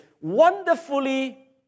wonderfully